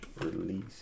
Release